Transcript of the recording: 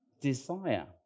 desire